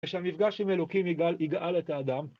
‫כשהמפגש עם אלוקים ‫יגאל את האדם...